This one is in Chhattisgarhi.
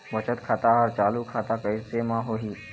बचत खाता हर चालू खाता कैसे म होही?